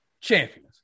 champions